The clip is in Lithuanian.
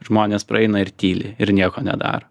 žmonės praeina ir tyli ir nieko nedaro